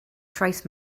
trace